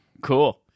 Cool